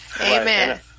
Amen